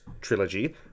trilogy